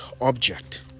object